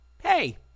Hey